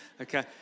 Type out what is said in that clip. okay